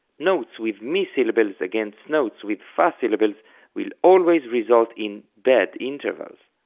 notes with mi syllables against notes with fa syllables will always result in bad intervals.